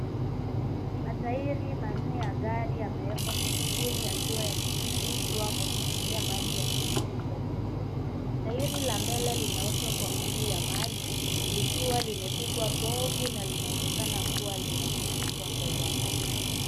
Matairi manne ya gari yamewekwa sakafuni yakiwa yanasafishwa kwa kutumia maji ya shinikizo kubwa. Tairi la mbele linaoshwa kwa nguvu ya maji likiwa limepigwa povu na linaonekana kuwa linasafishwa kwa uangalifu.